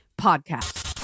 Podcast